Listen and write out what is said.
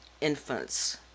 infants